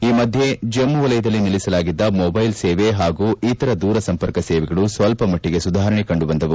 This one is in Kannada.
ಈ ಮಧ್ಯೆ ಜಮ್ನು ವಲಯದಲ್ಲಿ ನಿಲ್ಲಿಸಲಾಗಿದ್ದ ಮೊಬ್ಲೆಲ್ ಸೇವೆ ಹಾಗೂ ಇತರ ದೂರ ಸಂಪರ್ಕ ಸೇವೆಗಳು ಸ್ವಲ್ಪಮಟ್ಲಗೆ ಸುಧಾರಣೆ ಕಂಡುಬಂದವು